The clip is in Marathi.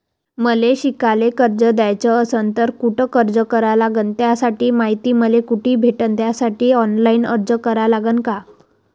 मले शिकायले कर्ज घ्याच असन तर कुठ अर्ज करा लागन त्याची मायती मले कुठी भेटन त्यासाठी ऑनलाईन अर्ज करा लागन का?